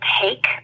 take